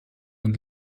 und